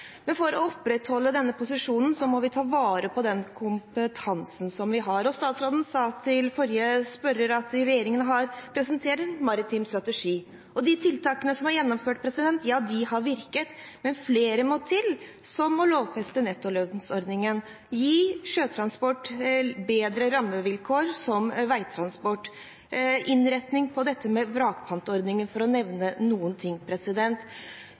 Men for å opprettholde denne posisjonen må vi ta vare på den kompetansen vi har. Statsråden sa til forrige spørrer at regjeringen har presentert en maritim strategi. De tiltakene som er gjennomført, har virket, men flere må til, som å lovfeste nettolønnsordningen, gi sjøtransport bedre rammevilkår – som veitransport – og innretning på dette med vrakpantordningen, for å nevne